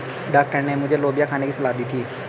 doctor ने मुझे लोबिया खाने की सलाह दी थी